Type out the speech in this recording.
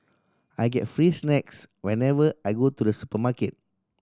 I get free snacks whenever I go to the supermarket